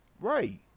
Right